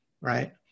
right